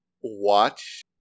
watch